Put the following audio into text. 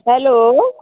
hello